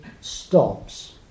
stops